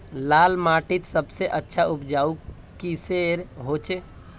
लाल माटित सबसे अच्छा उपजाऊ किसेर होचए?